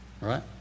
right